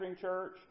church